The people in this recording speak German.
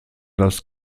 das